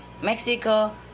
Mexico